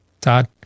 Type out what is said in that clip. Todd